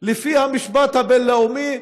לפי המשפט הבין-לאומי,